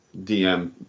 DM